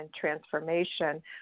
transformation